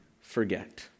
forget